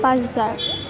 পাঁচ হেজাৰ